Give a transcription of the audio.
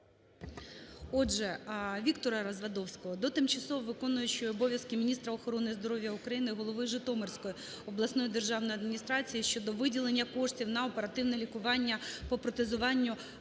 Отже, ВіктораРазвадовського до тимчасово виконуючої обов'язки міністра охорони здоров'я України, голови Житомирської обласної державної адміністрації щодо виділення коштів на оперативне лікування по протезуванню